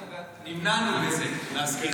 נמנענו בזה, להזכירך.